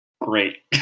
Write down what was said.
Great